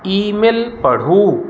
ई मेल पढ़ू